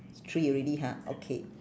so three already ha okay